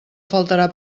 faltarà